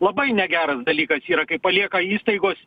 labai negeras dalykas yra kai palieka įstaigos